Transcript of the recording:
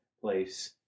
place